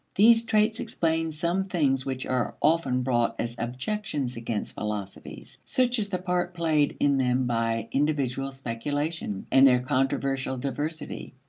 these traits explain some things which are often brought as objections against philosophies, such as the part played in them by individual speculation, and their controversial diversity,